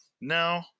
No